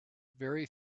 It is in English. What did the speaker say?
very